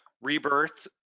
rebirth